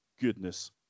goodness